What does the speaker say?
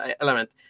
element